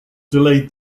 delayed